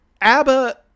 Abba